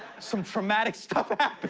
some traumatic stuff happened.